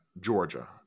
Georgia